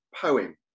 poem